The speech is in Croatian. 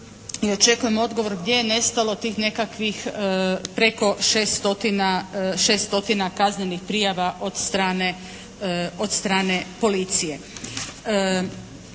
očekujem odgovor gdje je nestalo tih nekakvih preko 6 stotina kaznenih prijava od strane policije.